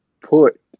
put